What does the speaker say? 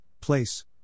place